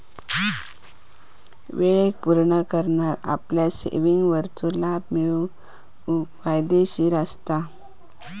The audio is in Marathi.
वेळेक पुर्ण करना आपल्या सेविंगवरचो लाभ मिळवूक फायदेशीर असता